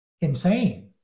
insane